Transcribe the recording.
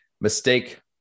Mistake